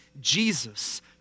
Jesus